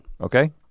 Okay